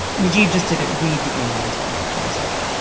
najeeb just didn't read the email until april twenty seven